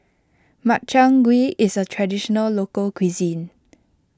Makchang Gui is a Traditional Local Cuisine